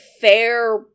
fair